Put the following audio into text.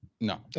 No